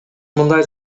мындай